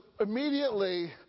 immediately